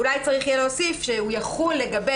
אולי יהיה צריך להוסיף שהוא יחול לגבי